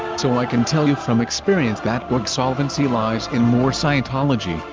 so i can tell you from experience that org solvency lies in more scientology,